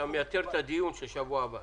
אתה מייתר את הדיון של שבוע הבא.